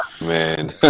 man